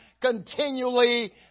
continually